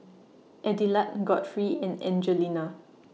Adelard Godfrey and Angelina